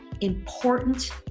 important